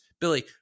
Billy